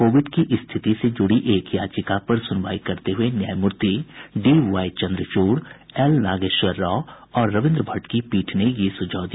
Covid की स्थिति से जुड़ी एक याचिका पर सुनवाई करते हुए न्यायमूर्ति डीवाई चन्द्रचूड़ एलनागेश्वर राव और रविन्द्र भट्ट की पीठ ने यह सुझाव दिया